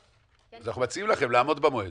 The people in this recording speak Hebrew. אנחנו מציעים לכם לעמוד במועד.